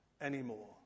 anymore